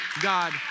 God